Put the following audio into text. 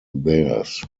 theirs